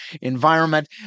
environment